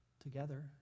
Together